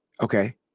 Okay